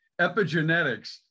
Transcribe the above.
epigenetics